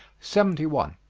seventy one.